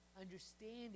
understanding